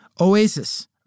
Oasis